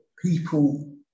People